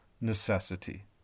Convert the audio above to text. necessity